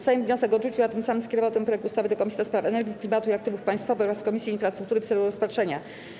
Sejm wniosek odrzucił, a tym samym skierował ten projekt ustawy do Komisji do Spraw Energii, Klimatu i Aktywów Państwowych oraz Komisji Infrastruktury w celu rozpatrzenia.